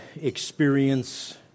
experience